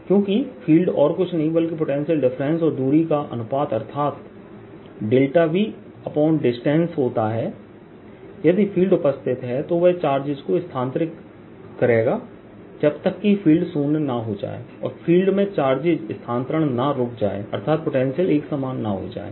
क्योंकि फ़ील्ड और कुछ नहीं बल्कि पोटेंशियल डिफरेंसऔर दूरी का अनुपात अर्थात ΔVDistance होता है यदि फ़ील्ड उपस्थित है तो वह चार्जेस को स्थानांतरित करेगा जब तक कि फ़ील्ड शून्य न हो जाए और फ़ील्ड में चार्जेस स्थानांतरण ना रुक जाए अर्थात पोटेंशियल एकसमान ना हो जाए